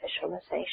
visualization